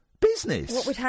business